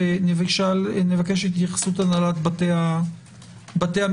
נבקש התייחסות הנהלת בתי המשפט.